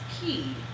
key